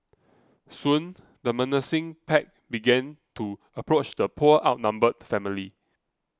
soon the menacing pack began to approach the poor outnumbered family